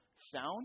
sound